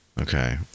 Okay